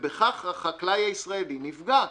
ובכך החקלאי הישראלי נפגע,